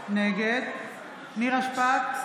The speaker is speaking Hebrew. נגד נירה שפק,